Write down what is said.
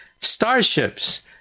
starships